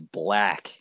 black